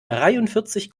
dreiundvierzig